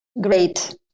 Great